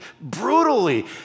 brutally